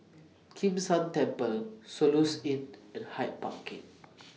Kim San Temple Soluxe Inn and Hyde Park Gate